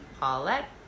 Paulette